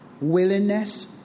Willingness